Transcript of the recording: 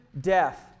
death